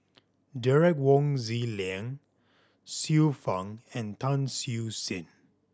Derek Wong Zi Liang Xiu Fang and Tan Siew Sin